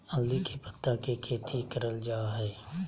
हल्दी के पत्ता के खेती करल जा हई